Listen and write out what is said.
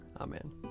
Amen